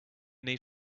need